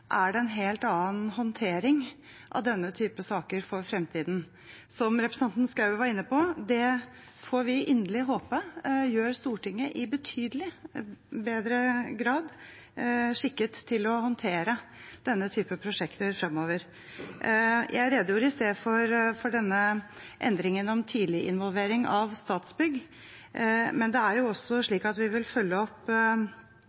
det en helt annen håndtering av denne type saker for fremtiden. Som representanten Schou var inne på: Det får vi inderlig håpe gjør Stortinget i betydelig større grad skikket til å håndtere denne type prosjekter fremover. Jeg redegjorde i sted for denne endringen om tidlig involvering av Statsbygg, men det er også